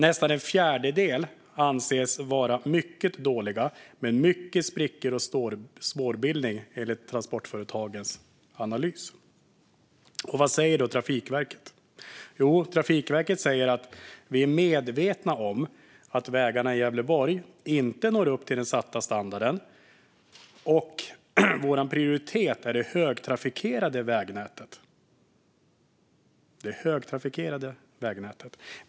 Nästan en fjärdedel anses vara mycket dåliga med mycket sprickor och spårbildning, enligt Transportföretagens analys. Vad säger då Trafikverket? Jo, Trafikverket säger: Vi är medvetna om att vägarna i Gävleborg inte når upp till den satta standarden. Vår prioritet är det högtrafikerade vägnätet.